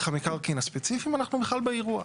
המקרקעין הספציפי אנחנו בכלל באירוע.